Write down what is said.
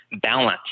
balance